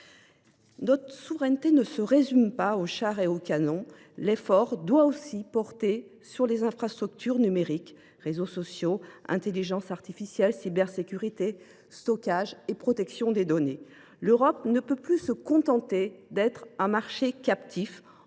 Notre souveraineté ne se résume pas aux chars et aux canons. L’effort doit aussi porter sur les infrastructures numériques : réseaux sociaux, intelligence artificielle, cybersécurité, stockage et protection des données. L’Europe ne peut plus se contenter d’être un marché captif,